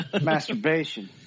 Masturbation